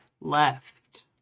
left